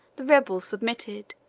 the rebels submitted,